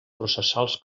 processals